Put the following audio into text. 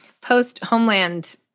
post-Homeland